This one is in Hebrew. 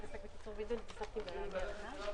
הישיבה ננעלה בשעה